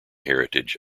heritage